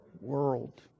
world